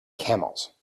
camels